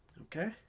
Okay